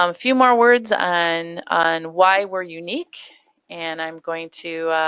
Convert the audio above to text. um few more words and on why we're unique and i'm going to